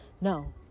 No